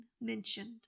mentioned